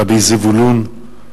רבי זבולון.